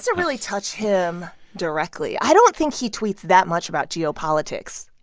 so really touch him directly. i don't think he tweets that much about geopolitics.